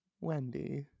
Wendy